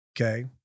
Okay